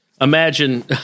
imagine